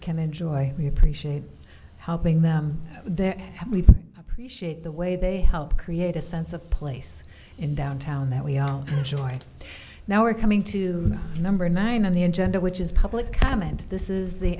can enjoy we appreciate helping them their family appreciate the way they help create a sense of place in downtown that we all enjoy now are coming to number nine on the agenda which is public comment this is the